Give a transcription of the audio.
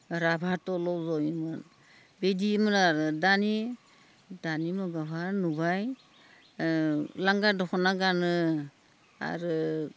राभा तलाव जयोमोन बिदिमोन आरो दानि दानि मुगावयाहा नुबाय लांगा दखना गानो आरो